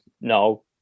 No